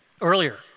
earlier